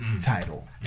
Title